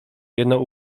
jeno